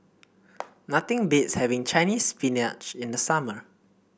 nothing beats having Chinese Spinach in the summer